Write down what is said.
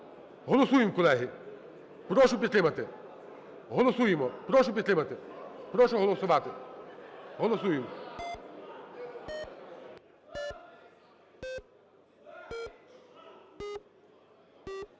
Голосуємо, колеги. Прошу підтримати. Голосуємо. Прошу підтримати. Прошу голосувати. Голосуємо!